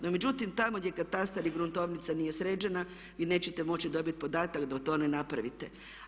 No međutim, tamo gdje katastar i gruntovnica nije sređena vi nećete moći dobiti podatak dok to ne napravite.